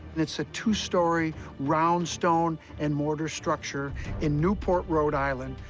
and it's a two-story round stone-and-mortar structure in newport, rhode island,